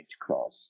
cross